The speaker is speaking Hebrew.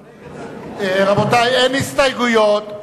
רבותי, אין הסתייגויות.